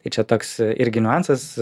tai čia toks irgi niuansas